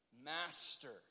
Master